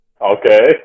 Okay